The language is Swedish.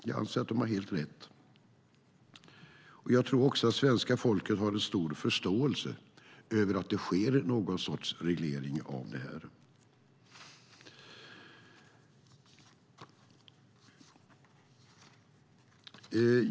Jag anser att de har helt rätt, och jag tror också att svenska folket har stor förståelse för att det sker någon sorts reglering av det här.